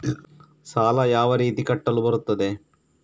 ಸಾಲ ಯಾವ ರೀತಿ ಕಟ್ಟಲು ಬರುತ್ತದೆ?